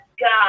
God